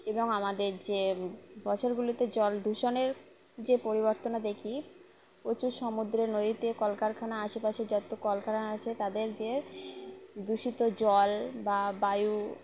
এবং আমাদের যে বছরগুলোতে জল দূষণের যে পরিবর্তন দেখি প্রচুর সমুদ্রের নদীতে কলকারখানা আশেপাশে যত কল কারাখানা আছে তাদের যে দূষিত জল বা বায়ু